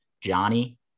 johnny